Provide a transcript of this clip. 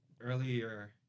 earlier